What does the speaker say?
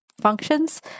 functions